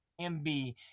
MB